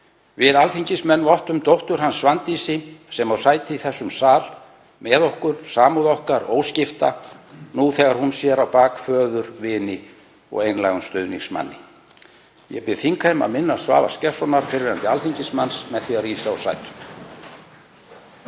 Við alþingismenn vottum dóttur hans, Svandísi, sem á sæti í þessum sal með okkur, samúð okkar óskipta, nú þegar hún sér á bak föður, vini og einlægum stuðningsmanni. Ég bið þingheim að minnast Svavars Gestssonar, fyrrverandi alþingismanns, með því að rísa úr sætum.